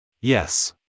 Yes